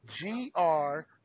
G-R